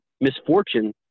misfortune